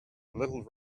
little